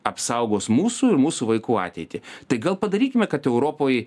apsaugos mūsų ir mūsų vaikų ateitį tai gal padarykime kad europoj